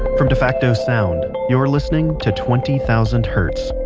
from defacto sound, you're listening to twenty thousand hertz.